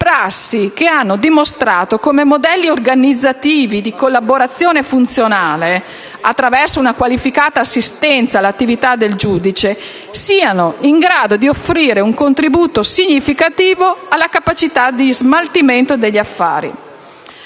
che hanno dimostrato come modelli organizzativi di collaborazione funzionale, attraverso la qualificata assistenza all'attività del giudice, siano in grado di offrire un contributo significativo alla capacità di smaltimento degli affari.